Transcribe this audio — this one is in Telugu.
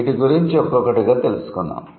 వీటి గురించి ఒక్కొక్కటిగా తెలుసుకుందాం